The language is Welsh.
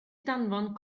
danfon